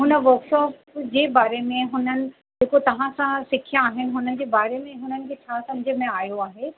हुन वर्कशॉप जे बारे में हुननि जेको तव्हां सां सिखिया आहिनि हुननि जे बारे में हुननि खे छा समुझ में आयो आहे